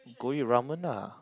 go eat ramen lah